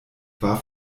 war